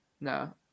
No